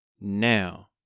now